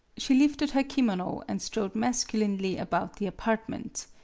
she lifted her kimono, and strode masculinely about the apartment,